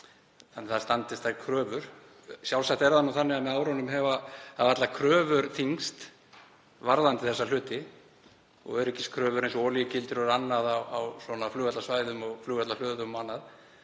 hætti að það standist kröfur. Sjálfsagt er það nú þannig að með árunum hafa allar kröfur þyngst varðandi þessa hluti og öryggiskröfur, eins og olíugildrur og annað á flugvallarsvæðum og flugvallarhlöðum og annað